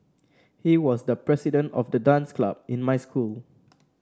he was the president of the dance club in my school